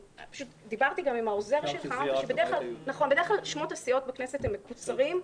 דיברתי גם עם העוזר שלך שבדרך כלל שמות הסיעות בכנסת מקוצרים.